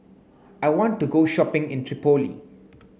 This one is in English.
I want to go shopping in Tripoli